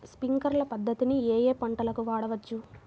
Sprinkler పద్ధతిని ఏ ఏ పంటలకు వాడవచ్చు?